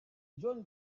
john